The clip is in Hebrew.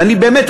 ובאמת,